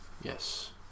Yes